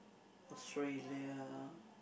Australia